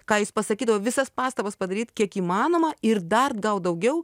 ką jis pasakydavo visas pastabas padaryt kiek įmanoma ir dar daug gaut daugiau